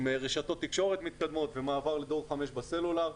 עם רשתות מתקדמות ומעבר לדור 5 בסלולר.